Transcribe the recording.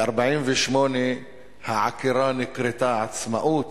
ב-1948 העקירה נקראה עצמאות,